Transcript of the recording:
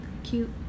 cute